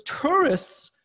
tourists